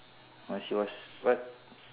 ya she was what